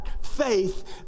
faith